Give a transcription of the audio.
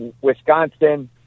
Wisconsin